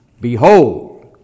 Behold